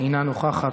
אינה נוכחת,